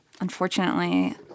unfortunately